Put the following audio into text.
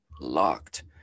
locked